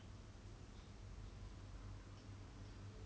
you have to go and work that minimum labour job